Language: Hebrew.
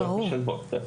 סייעות של ליווי בוקר.